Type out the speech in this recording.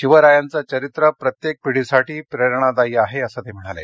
शिवरायांचं चरित्र प्रत्येक पिढीसाठी प्रेरणादायी आहे असं ते म्हणाले